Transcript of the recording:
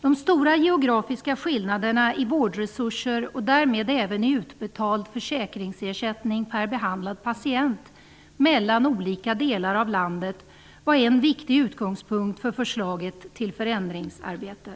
''De stora geografiska skillnaderna i vårdresurser och därmed även i utbetald försäkringsersättning per behandlad patient mellan olika delar av landet'' var en viktig utgångspunkt för förslaget till förändringsarbete.